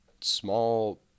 small